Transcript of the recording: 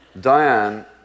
Diane